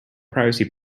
privacy